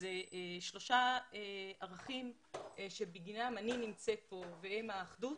אלה שלושה ערכים בגינם אני נמצאת כאן והם האחדות,